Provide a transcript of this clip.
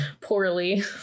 Poorly